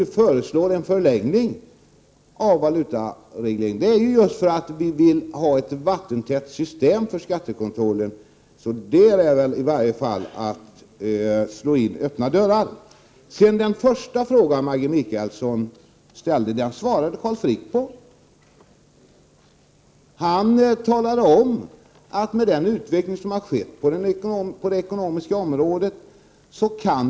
Att vi föreslår en förlängning av valutaregleringen beror på att vi vill ha ett vattentätt system för skattekontrollen. Så det var i varje fall att slå in öppna dörrar. Carl Frick har redan svarat på Maggi Mikaelssons första fråga. Han talade ju om den utveckling som har skett på det ekonomiska området.